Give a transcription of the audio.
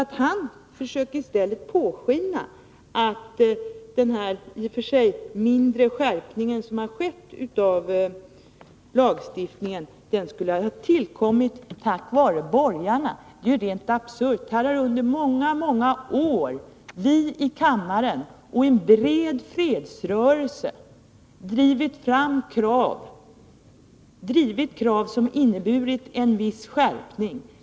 Han låter i stället påskina att den, i och för sig mindre, skärpning som skett av lagstiftningen skulle ha tillkommit tack vare borgarna. Det är rent absurt. Vi har här i kammaren och en bred fredsrörelse har utanför denna kammare under många år drivit krav som inneburit en viss skärpning.